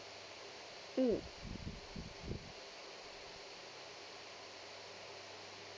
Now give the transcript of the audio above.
mm